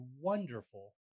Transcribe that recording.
wonderful